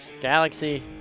Galaxy